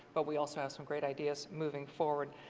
but we also have some great ideas moving forward.